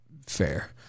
fair